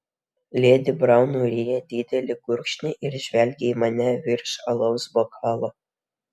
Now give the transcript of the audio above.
ledi braun nuryja didelį gurkšnį ir žvelgia į mane virš alaus bokalo